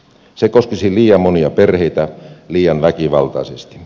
se koskisi liian monia perheitä liian väkivaltaisesti